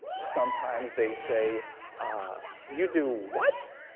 sometimes they say you do what?